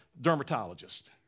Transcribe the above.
dermatologist